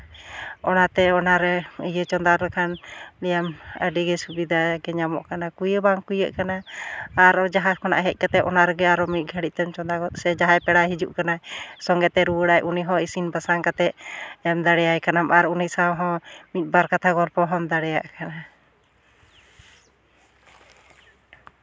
ᱚᱱᱟᱛᱮ ᱚᱱᱟᱨᱮ ᱤᱭᱟᱹ ᱪᱚᱸᱫᱟ ᱞᱮᱠᱷᱟᱱ ᱱᱤᱭᱟᱹ ᱢᱟ ᱟᱹᱰᱤ ᱜᱮ ᱥᱩᱵᱤᱫᱷᱟ ᱧᱟᱢᱚᱜ ᱠᱟᱱᱟ ᱠᱩᱭᱟᱹ ᱵᱟᱝ ᱠᱩᱭᱟᱹᱜ ᱠᱟᱱᱟ ᱟᱨᱚ ᱡᱟᱦᱟᱸ ᱠᱷᱚᱱᱟᱜ ᱦᱮᱡ ᱠᱟᱛᱮ ᱚᱱᱟ ᱨᱮᱜᱮᱢ ᱟᱨᱚ ᱢᱤᱫ ᱜᱷᱹᱲᱤᱡᱛᱮ ᱪᱚᱸᱫᱟ ᱧᱚᱜ ᱥᱮ ᱡᱟᱦᱟᱸᱭ ᱯᱮᱲᱟᱭ ᱦᱤᱡᱩᱜ ᱠᱟᱱᱟᱭ ᱥᱚᱸᱜᱮᱛᱮᱭ ᱨᱩᱣᱟᱹᱲᱟᱭ ᱩᱱᱤ ᱦᱚᱸ ᱤᱥᱤᱱ ᱵᱟᱥᱟᱝ ᱠᱟᱛᱮ ᱮᱢ ᱫᱟᱲᱮᱭᱟᱭ ᱠᱟᱱᱟᱢ ᱟᱨ ᱩᱱᱤ ᱥᱟᱶᱦᱚᱸ ᱢᱤᱫ ᱵᱟᱨ ᱠᱟᱛᱷᱟ ᱜᱚᱞᱯᱚ ᱦᱚᱸᱢ ᱫᱟᱲᱮᱭᱟᱜ ᱠᱟᱱᱟ